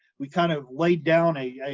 we kind of laid down a,